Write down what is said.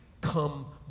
Come